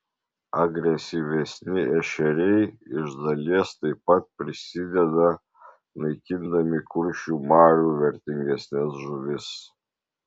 agresyvesni ešeriai iš dalies taip pat prisideda naikindami kuršių marių vertingesnes žuvis